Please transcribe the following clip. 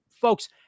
Folks